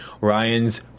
Ryan's